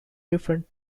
different